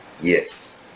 yes